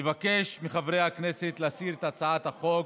אבקש מחברי הכנסת להסיר את הצעת החוק